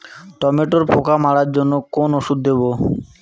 টমেটোর পোকা মারার জন্য কোন ওষুধ দেব?